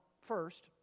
first